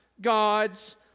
God's